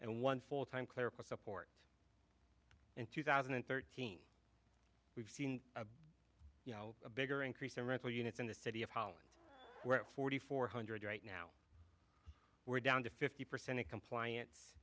and one full time clerical support in two thousand and thirteen we've seen you know a bigger increase in rental units in the city of holland where forty four hundred right now we're down to fifty percent compliance